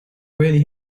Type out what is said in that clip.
really